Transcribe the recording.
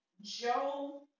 Joe